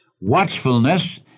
Watchfulness